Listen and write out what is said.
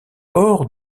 hors